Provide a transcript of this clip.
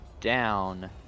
down